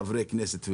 חברי כנסת,